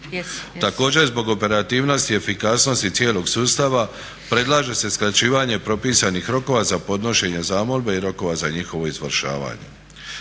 Također zbog operativnosti i efikasnosti cijelog sustava predlaže se skraćivanje propisanih rokova za podnošenje zamolbe i rokova za njihovo izvršavanje.